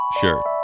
Sure